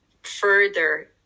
further